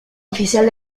oficial